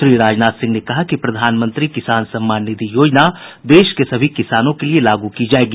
श्री राजनाथ सिंह ने कहा कि प्रधानमंत्री किसान सम्मान निधि योजना देश के सभी किसानों के लिए लागू की जाएगी